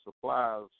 supplies